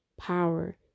power